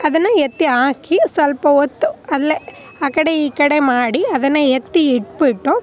ಅದನ್ನು ಎತ್ತಿ ಹಾಕಿ ಸ್ವಲ್ಪ ಹೊತ್ತು ಅಲ್ಲೆ ಆ ಕಡೆ ಈ ಕಡೆ ಮಾಡಿ ಅದನ್ನು ಎತ್ತಿ ಇಟ್ಬಿಟ್ಟು